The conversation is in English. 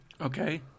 Okay